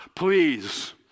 Please